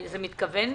זה אמור להיות?